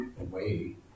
away